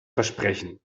versprechen